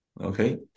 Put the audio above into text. Okay